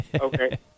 Okay